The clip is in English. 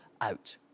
out